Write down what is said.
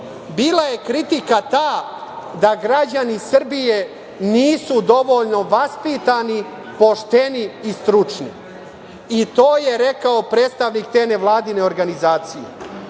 Bila je kritika ta da građani Srbije nisu dovoljno vaspitani, pošteni i stručni. I to je rekao predstavnik te nevladine organizacije. Kritika